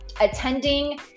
attending